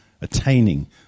attaining